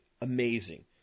amazing